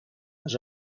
les